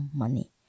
money